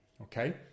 Okay